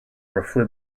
roughly